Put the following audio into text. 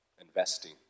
Investing